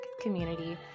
community